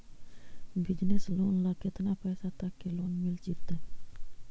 Business loan ल केतना पैसा तक के लोन मिल जितै?